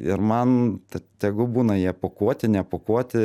ir man ta tegu būna jie pūkuoti nepūkuoti